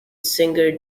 singer